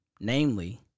Namely